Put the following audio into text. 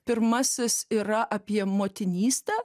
pirmasis yra apie motinystę